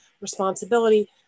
responsibility